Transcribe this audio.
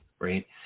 right